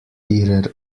ihrer